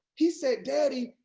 he said, daddy,